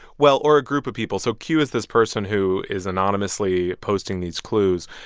well or a group of people so q is this person who is anonymously posting these clues.